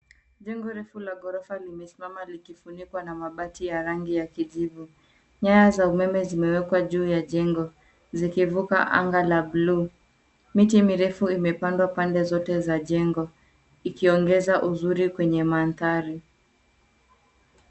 Jengo refu la gorofa limesimama likifunikwa na mabati ya rangi ya kijivu. Nyaya za umeme zimewekwa juu ya jengo zikivuka anga la bluu. Miti mirefu imepandwa pande zote za jengo ikiongeza uzuri kwenye mandhari.